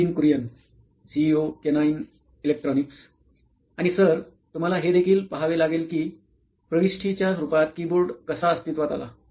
Nitin Kurian COO canine electronics आणि sir तुम्हाला हे देखील पहावे लागेल की प्रविष्टीच्या रूपात कीबोर्ड कसा अस्तित्वात आला